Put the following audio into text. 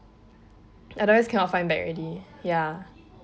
otherwise cannot find back already ya